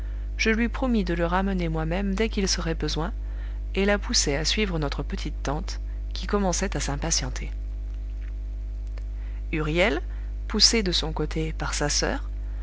je lui promis de le ramener moi-même dès qu'il serait besoin et la poussai à suivre notre petite tante qui commençait à s'impatienter huriel poussé de son côté par sa soeur